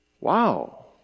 Wow